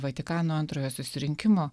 vatikano antrojo susirinkimo